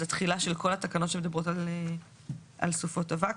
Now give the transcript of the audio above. אז התחילה של כל התקנות שמדברות על סופות אבק,